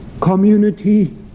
community